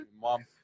mom